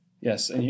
Yes